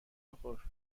بخور